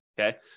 okay